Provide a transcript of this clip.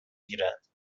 گیرد